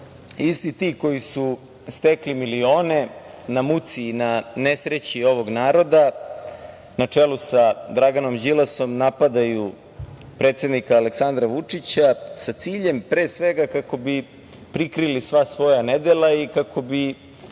isti ti koji su stekli milione na muci i na nesreći ovog naroda, na čelu sa Draganom Đilasom, napadaju predsednika Aleksandra Vučića, sa ciljem, pre svega, kako bi prikrili sva svoja nedela i kako bi